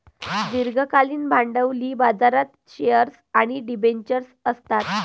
दीर्घकालीन भांडवली बाजारात शेअर्स आणि डिबेंचर्स असतात